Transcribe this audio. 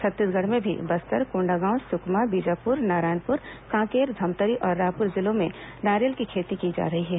छत्तीसगढ़ में भी बस्तर कोंडागांव सुकमा बीजापुर नारायणपुर कांकेर धमतरी और रायपुर जिलों में नारियल की खेती की जा रही है